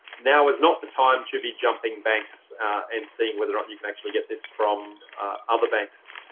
now is not the time to be jumping banks and seeing whether ah you can actually get this from other banks.